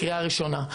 לקריאה ראשונה.